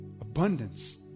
Abundance